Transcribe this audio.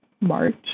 March